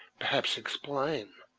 perhaps explain,